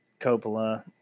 coppola